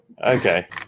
Okay